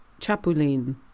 chapuline